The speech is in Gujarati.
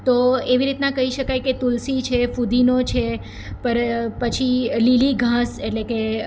તો એવી રીતના કહી શકાય કે તુલસી છે ફુદીનો છે પર પછી લીલી ઘાસ એટલે કે